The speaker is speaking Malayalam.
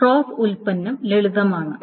ക്രോസ് ഉൽപ്പന്നം ലളിതമാണ്